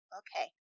okay